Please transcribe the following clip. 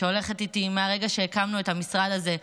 שהולכת איתי מהרגע שהקמנו את המשרד הזה,